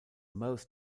most